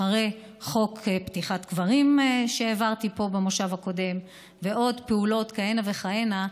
אחרי חוק פתיחת קברים שהעברתי פה במושב הקודם ועוד פעולות כהנה וכהנה,